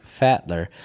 Fatler